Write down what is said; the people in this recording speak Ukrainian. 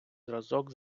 зразок